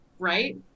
right